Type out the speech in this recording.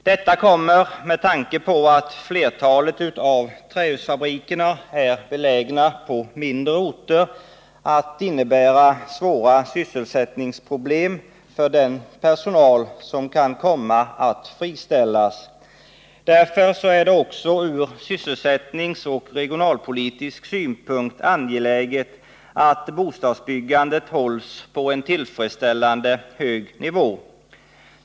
Detta kommer, med tanke på att flertalet av trähusfabrikerna är belägna på mindre orter, att innebära svåra sysselsättningsproblem för den personal som kan komma att friställas. Därför är det också från sysselsättningsoch regionalpolitisk synpunkt angeläget att bostadsbyggandet hålls på en tillfredsställande hög nivå.